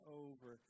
over